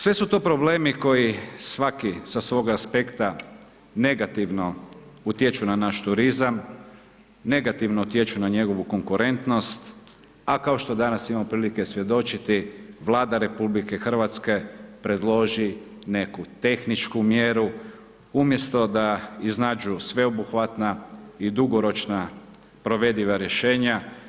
Sve su to problemi koji svaki sa svog aspekta negativno utječu na naš turizam, negativno utječu na njegovu konkurentnost, a kao što danas imamo prilike svjedočiti Vlada RH predloži neku tehničku mjeru, umjesto da iznađu sveobuhvatna i dugoročna provediva rješenja.